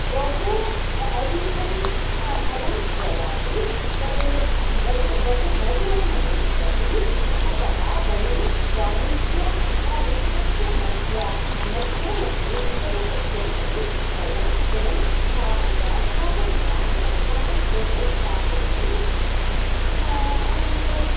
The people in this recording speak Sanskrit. बहू अधिकं फलं ददाति तत् बहुमधुरमपि भवति अतः वयं वाणिज्य वृक्षस्य मध्ये मध्ये उपसस्यम् अपि वयं वयम् अस्माकं ग्राम् अस्माकं क्षेत्रे स्थापयति अनन्तरं